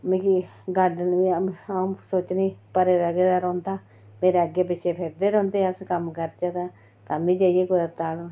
मिगी गार्डन मी सोचनी भरे दा रौंह्दा मेरे अग्गें पिच्छें फिरदे रौंह्दे अस कम्म करदे ता तामीं जाइयै कुतै